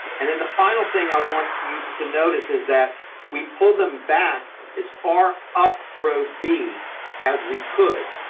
and then the final thing i want you to notice is that we pulled them back as far up road b as we could.